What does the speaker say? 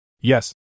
Yes